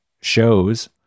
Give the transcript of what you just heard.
shows